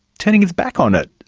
turning his back on it.